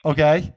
Okay